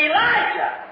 Elijah